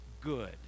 good